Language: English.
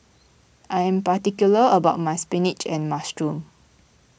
I am particular about my Spinach and Mushroom